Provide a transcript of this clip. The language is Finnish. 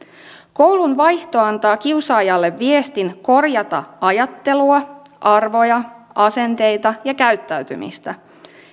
koulun vaihto antaa kiusaajalle viestin korjata ajattelua arvoja asenteita ja käyttäytymistä